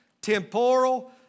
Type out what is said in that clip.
temporal